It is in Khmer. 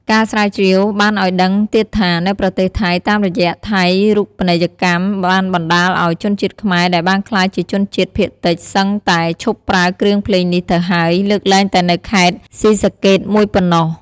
ការស្រាវជ្រាវបានឲ្យដឹងទៀតថា នៅប្រទេសថៃ តាមរយៈថៃរូបនីយកម្មបានបណ្តាលឲ្យជនជាតិខ្មែរដែលបានក្លាយជាជនជាតិភាគតិចសឹងតែឈប់ប្រើគ្រឿងភ្លេងនេះទៅហើយ លើកលែងតែនៅខេត្តស៊ីសាកេតមួយប៉ុណ្ណោះ។